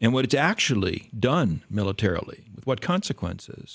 and what it's actually done militarily what consequences